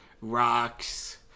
rocks